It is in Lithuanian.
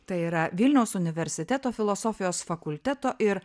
tai yra vilniaus universiteto filosofijos fakulteto ir